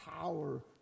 power